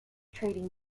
trading